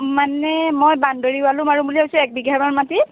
মানে মই বাউণ্ডেৰী ৱালো মাৰোঁ বুলি ভাবিছোঁ একবিঘামান মাটি